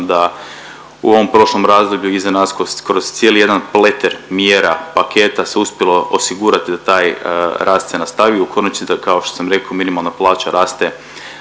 da u ovom prošlom razdoblju iza nas kroz cijeli jedan pleter mjera paketa se uspjelo osigurati da taj rast se nastavi. U konačnici kao što sam reko minimalna plaće raste